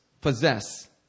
possess